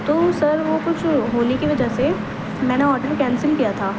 تو سر وہ کچھ ہولی کی وجہ سے میں نے آڈر کینسل کیا تھا